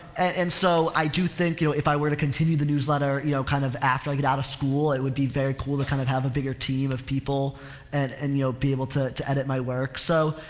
and so i do think, you know, if i were to continue the newsletter, you know, kind of after i get out of school it would be very cool to kind of have a bigger team of people and, and you know be able to, to edit my work. so,